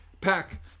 Pack